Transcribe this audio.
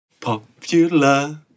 popular